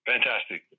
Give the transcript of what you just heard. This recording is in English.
Fantastic